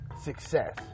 success